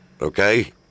Okay